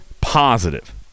positive